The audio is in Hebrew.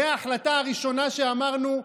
וההחלטה הראשונה שאמרנו,